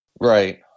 Right